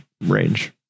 range